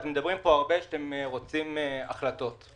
אתם אומרים שאתם רוצים החלטות.